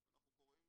אנחנו קוראים